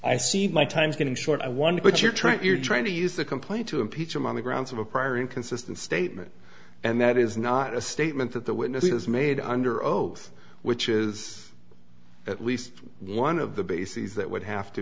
i see my time's getting short i wonder what you're trying to you're trying to use the complaint to impeach him on the grounds of a prior inconsistent statement and that is not a statement that the witness has made under oath which is at least one of the bases that would have to